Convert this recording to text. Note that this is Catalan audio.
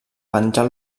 penjar